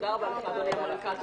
תודה רבה אדוני המנכ"ל,